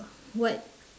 what